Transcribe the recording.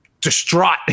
distraught